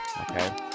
okay